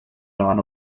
non